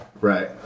right